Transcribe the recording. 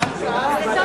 הקורבנות,